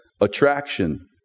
attraction